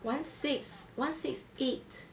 one six one six eight